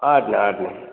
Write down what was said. ஆகட்டுண்ணே ஆகட்டுண்ணே